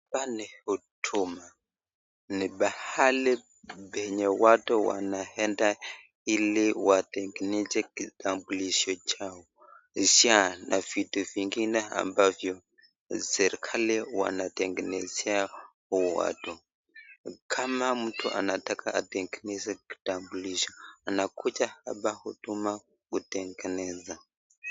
Hapa ni huduma ni pahali penye watu wanenda hili watengeneza kitambulisho chao Shaa na vitu vingine ambavyo serekali wanatengenezea watu kama mtu anataka kitengeneza kitambulisho anakucha hapa huduma kitengeneza.